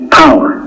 power